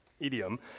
idiom